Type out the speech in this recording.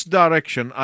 direction